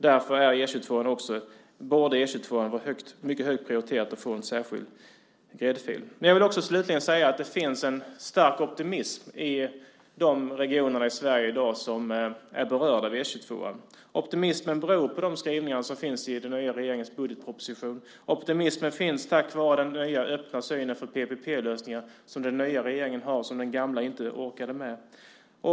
Därför borde E 22:an vara mycket högt prioriterad att få en särskild gräddfil. Jag vill slutligen säga att det finns en stark optimism i de regioner i Sverige i dag som är berörda av E 22:an. Optimismen beror på skrivningarna i den nya regeringens budgetproposition. Optimismen finns tack vare den nya öppna synen på PPP-lösningar som den nya regeringen har och som den gamla inte orkade med.